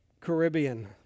Caribbean